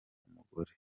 umugore